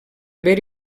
haver